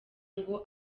ngo